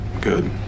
Good